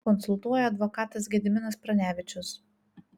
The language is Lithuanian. konsultuoja advokatas gediminas pranevičius